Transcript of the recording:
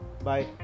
Bye